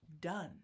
done